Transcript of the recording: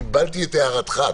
קיבלתי את הערתך.